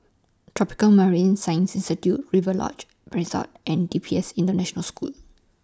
Tropical Marine Science Institute Rider's Lodge Resort and D P S International School